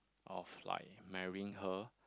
of like marrying her